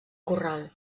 corral